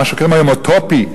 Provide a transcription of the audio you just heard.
מה שקוראים היום האוטופי,